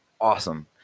awesome